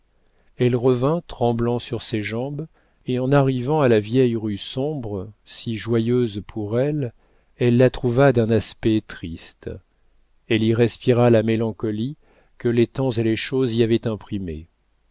elle revint tremblant sur ses jambes et en arrivant à la vieille rue sombre si joyeuse pour elle elle la trouva d'un aspect triste elle y respira la mélancolie que les temps et les choses y avaient imprimée